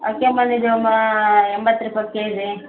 ಎಂಬತ್ತು ರೂಪಾಯಿ ಕೆಜಿ